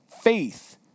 Faith